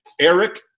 Eric